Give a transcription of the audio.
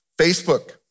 Facebook